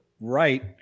right